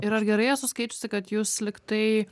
ir ar gerai esu skaičiusi kad jūs lyg tai